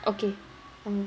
okay uh